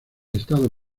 estado